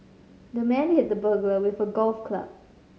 the man hit the burglar with a golf club